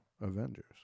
Avengers